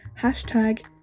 hashtag